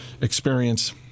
experience